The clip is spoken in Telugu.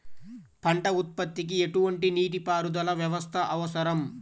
పంట ఉత్పత్తికి ఎటువంటి నీటిపారుదల వ్యవస్థ అవసరం?